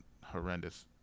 horrendous